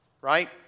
Right